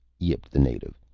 yipped the native.